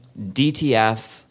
DTF